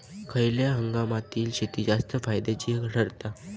खयल्या हंगामातली शेती जास्त फायद्याची ठरता?